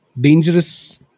dangerous